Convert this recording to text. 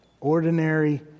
Ordinary